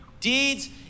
deeds